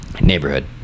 neighborhood